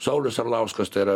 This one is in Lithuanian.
saulius arlauskas tai yra